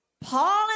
Paul